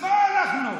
מה אנחנו?